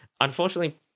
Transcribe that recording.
unfortunately